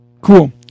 Cool